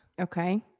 Okay